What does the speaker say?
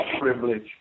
privilege